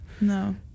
No